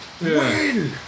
win